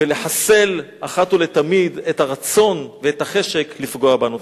ולחסל אחת ולתמיד את הרצון ואת החשק לפגוע בנו.